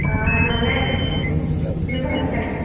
આ નવરાત મેં ભાવિકાબેન